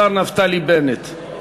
השר נפתלי בנט.